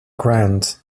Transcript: grand